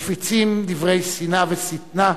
מפיצים דברי שנאה ושטנה,